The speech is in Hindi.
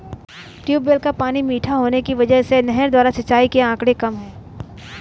ट्यूबवेल का पानी मीठा होने की वजह से नहर द्वारा सिंचाई के आंकड़े कम है